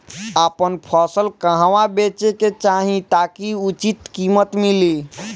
आपन फसल कहवा बेंचे के चाहीं ताकि उचित कीमत मिली?